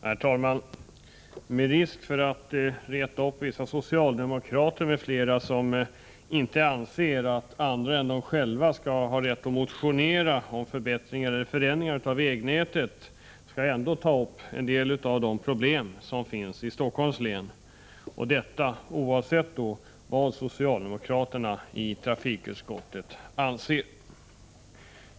Herr talman! Med risk att reta upp vissa socialdemokrater m.fl. som inte anser att andra än de själva har rätt att motionera om förbättringar eller förändringar av vägnätet, skall jag ta upp en del av problemen i Stockholms län, detta oavsett vad socialdemokraterna i trafikutskottet anser.